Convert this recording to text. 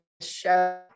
show